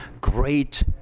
great